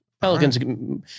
Pelicans